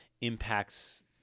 impacts